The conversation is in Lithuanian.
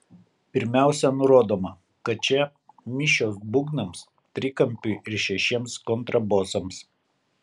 pirmiausia nurodoma kad čia mišios būgnams trikampiui ir šešiems kontrabosams